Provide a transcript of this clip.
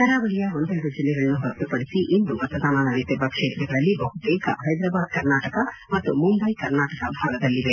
ಕರಾವಳಿಯ ಒಂದೆರಡು ಜಿಲ್ಲೆಗಳನ್ನು ಹೊರತುಪಡಿಸಿ ಇಂದು ಮತದಾನ ನಡೆಯುತ್ತಿರುವ ಕ್ಷೇತ್ರಗಳಲ್ಲಿ ಬಹುತೇಕ ಹೈದರಾಬಾದ್ ಕರ್ನಾಟಕ ಮತ್ತು ಮುಂಬೈ ಕರ್ನಾಟಕ ಭಾಗದಲ್ಲಿವೆ